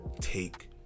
take